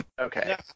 okay